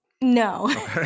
No